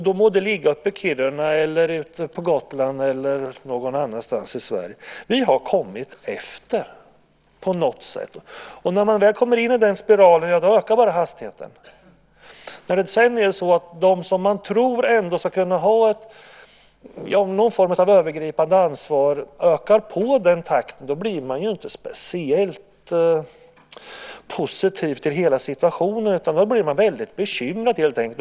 Det må ligga i Kiruna, på Gotland eller någon annanstans i Sverige. Vi har kommit efter på något sätt. När man väl kommer in i den spiralen bara ökar hastigheten. De som man tror ska ha någon form av övergripande ansvar ökar på den takten. Då blir man inte speciellt positiv till situationen, utan då blir man bekymrad.